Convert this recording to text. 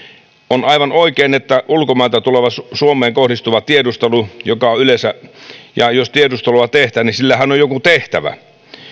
on aivan oikein että ulkomailta tuleva suomeen kohdistuva tiedustelu joka on yleensä jos tiedustelua tehdään sillähän on joku tehtävä